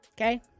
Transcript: Okay